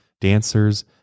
dancers